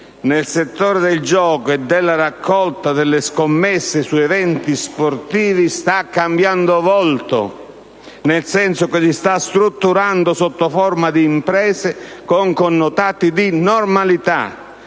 nel settore del gioco e della raccolta delle scommesse su eventi sportivi sta cambiando volto nel senso che si sta strutturando sotto forma di imprese con connotati di normalità.